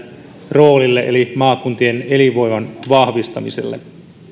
roolille eli maakuntien elinvoiman vahvistamiselle